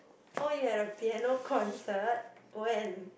oh you had a piano concert when